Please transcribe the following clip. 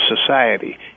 society